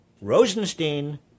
Rosenstein